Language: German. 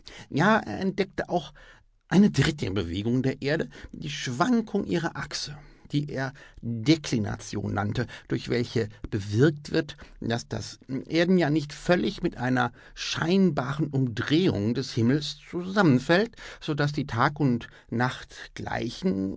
ja er entdeckte auch eine dritte bewegung der erde die schwankung ihrer achse die er deklination nannte durch welche bewirkt wird daß das erdenjahr nicht völlig mit einer scheinbaren umdrehung des himmels zusammenfällt so daß die tag und